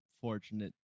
fortunate